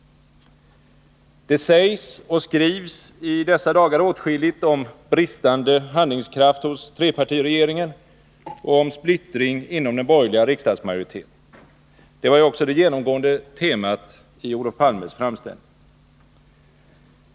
Det sägs och skrivs i dessa dagar åtskilligt om bristande handlingskraft hos trepartiregeringen och om splittring inom den borgerliga riksdagsmajoriteten. Det var också det genomgående temat i Olof Palmes framställning.